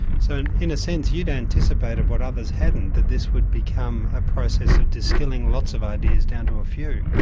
so in a sense you had anticipated what others hadn't, that this would become a process of distilling lots of ideas down to a few.